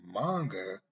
manga